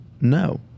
No